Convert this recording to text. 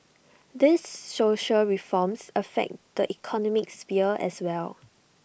these social reforms affect the economic sphere as well